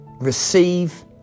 receive